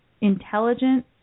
intelligent